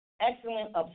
excellent